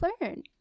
learn